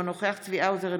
אינו נוכח צבי האוזר,